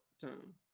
time